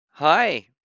Hi